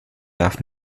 darf